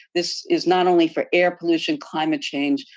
this is not only for air pollution, climate change,